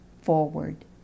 forward